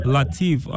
Latif